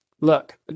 look